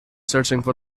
searching